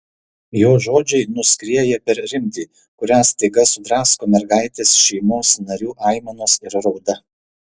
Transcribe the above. jo žodžiai nuskrieja per rimtį kurią staiga sudrasko mergaitės šeimos narių aimanos ir rauda